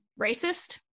racist